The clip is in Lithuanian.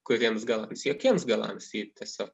kuriems galams jokiems galams ji tiesiog